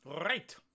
Right